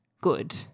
good